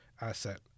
asset